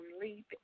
leap